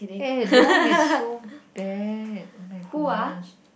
eh don't be so bad oh-my-goodness